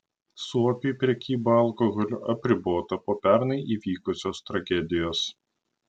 suopiui prekyba alkoholiu apribota po pernai įvykusios tragedijos